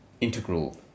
Integral